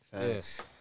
Yes